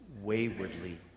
waywardly